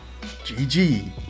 GG